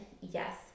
yes